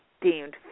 deemed